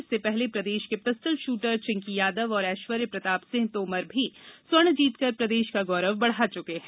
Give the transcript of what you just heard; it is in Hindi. इससे पहले प्रदेश के पिस्टल शूटर चिंकि यादव और एश्वर्य प्रताप सिंह तोमर भी स्वर्ण जीतकर प्रदेश का गौरव बढ़ा चुके हैं